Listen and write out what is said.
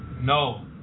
No